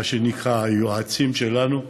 מה שנקרא "היועצים" שלנו,